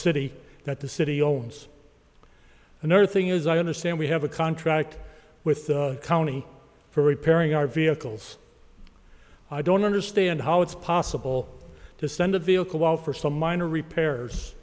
city that the city owns unearthing is i understand we have a contract with the county for repairing our vehicles i don't understand how it's possible to send a vehicle while for some minor repairs